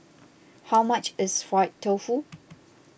how much is Fried Tofu